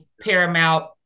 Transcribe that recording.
Paramount